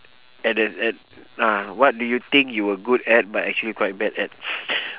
and then and uh what do you think you were good at but actually quite bad at